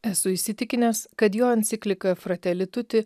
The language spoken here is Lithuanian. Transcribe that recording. esu įsitikinęs kad jo enciklika frateli tuti